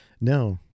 No